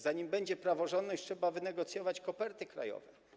Zanim będzie praworządność, trzeba wynegocjować koperty krajowe.